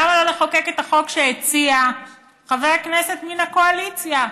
למה לא לחוקק את החוק שהציע חבר הכנסת מן הקואליציה,